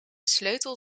sleutel